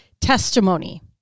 testimony